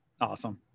awesome